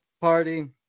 party